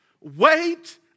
Wait